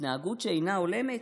התנהגות שאינה הולמת?